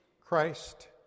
Christ